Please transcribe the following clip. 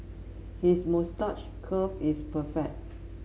his moustache curl is perfect